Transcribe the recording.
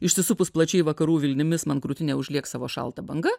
išsisupus plačiai vakarų vilnimis man krūtinę užliek savo šalta banga